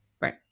Right